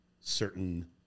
certain